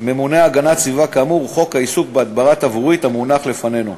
ממוני הגנת סביבה כאמור הוא חוק העיסוק בהדברה תברואית המונח לפנינו.